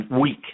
week